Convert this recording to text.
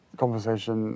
conversation